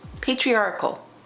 patriarchal